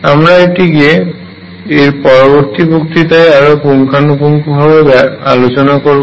আমরা এটিকে এর পরবর্তী বক্তৃতায় আরো পুঙ্খানুপুঙ্খভাবে আলোচনা করব